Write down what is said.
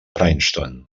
princeton